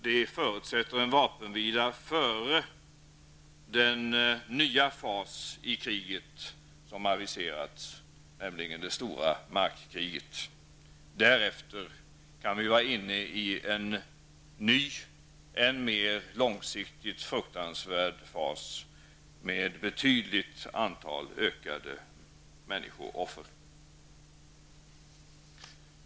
Det förutsätter vapenvila före den nya fas i kriget som har aviserats, nämligen det stora markkriget. Därefter kan vi vara inne i en ny än mer långsiktig fruktansvärd fas med ett betydligt ökat antal människooffer.